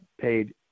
paid